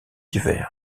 divers